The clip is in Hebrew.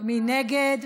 מי נגד?